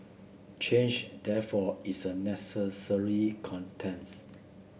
change therefore is a necessary contents